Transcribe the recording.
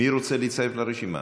מי רוצה להצטרף לרשימה?